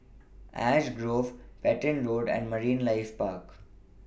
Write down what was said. Ash Grove Petain Road and Marine Life Park